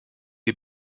die